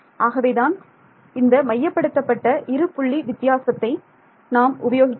ஆகவேதான் இந்த மையப்படுத்தப்பட்ட இரு புள்ளி வித்தியாசத்தை நாம் உபயோகிக்கிறோம்